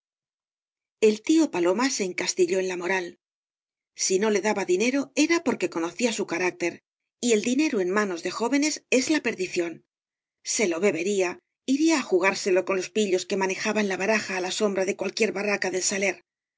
el tío paloma se encastilló en la moral si no le daba dinero era porque conocía su carácter y v blasco ibáñbs el didero en inadob de jóvenee es la peroición se lo bebería iria á jugárselo con los pillos que manejaban la baraja á la sombra de cualquier barraca del saler